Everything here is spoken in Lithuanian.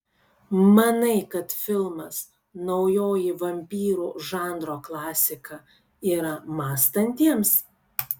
manai kad filmas naujoji vampyrų žanro klasika yra mąstantiems